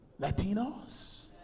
Latinos